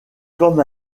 comme